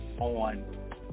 on